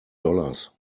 dollars